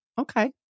Okay